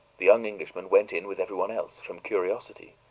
the young englishmen went in with everyone else, from curiosity,